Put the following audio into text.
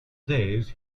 days